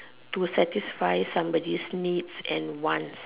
to satisfy somebody's needs and wants